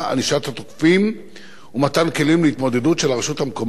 ענישת התוקפים ומתן כלים להתמודדות של הרשות המקומית,